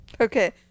Okay